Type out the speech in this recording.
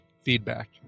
feedback